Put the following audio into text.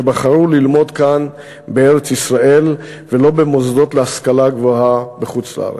שבחרו ללמוד כאן בארץ-ישראל ולא במוסדות להשכלה גבוהה בחוץ-לארץ.